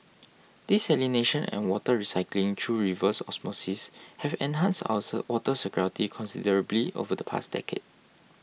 desalination and water recycling through reverse osmosis have enhanced ours water security considerably over the past decade